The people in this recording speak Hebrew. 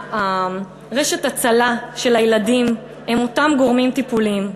שרשת ההצלה של הילדים היא אותם גורמים טיפוליים,